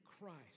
Christ